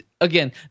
again